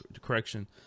correction